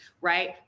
right